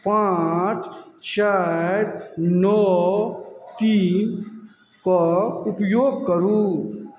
पाँच चारि नओ तीनके उपयोग करू